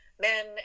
men